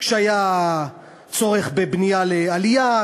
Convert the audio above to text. כשהיה צורך בבנייה לעלייה,